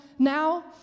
Now